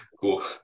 Cool